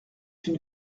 une